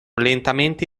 lentamente